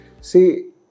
see